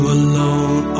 alone